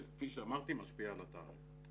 שכפי שאמרתי משפיע על התעריף.